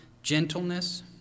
gentleness